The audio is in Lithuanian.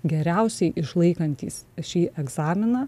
geriausiai išlaikantys šį egzaminą